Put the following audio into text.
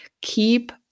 Keep